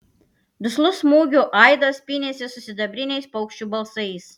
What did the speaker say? duslus smūgių aidas pynėsi su sidabriniais paukščių balsais